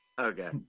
okay